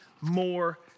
more